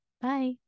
Bye